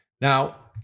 Now